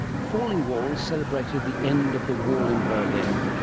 falling walls celebrated the end of the wall in berlin,